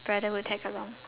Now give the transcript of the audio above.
brother would tag along